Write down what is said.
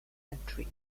entry